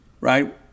right